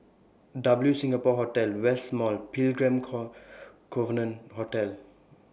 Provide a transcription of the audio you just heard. W Singapore Hotel West Mall Pilgrim Covenant Church